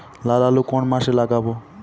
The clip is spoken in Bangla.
লাল আলু কোন মাসে লাগাব?